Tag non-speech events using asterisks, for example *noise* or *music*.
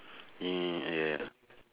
*breath* mm *noise* ya ya